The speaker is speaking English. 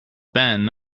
ben